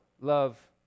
love